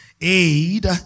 aid